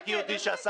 שהתחילה בשנה שעברה.